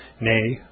nay